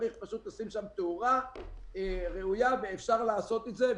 צריך לשים שם תאורה ראויה ואפשר יהיה לעשות את זה.